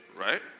Right